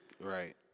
Right